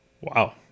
Wow